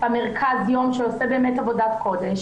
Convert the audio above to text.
במרכז יום שעושה באמת עבודת קודש.